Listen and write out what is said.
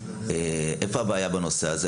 איפה הבעיה בנושא הזה?